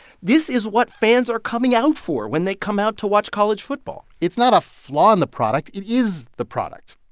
this is what fans are coming out for when they come out to watch college football it's not a flaw in the product. it is the product.